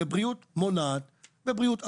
זה בריאות מונעת ובריאות אקוטית,